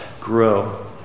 grow